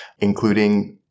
including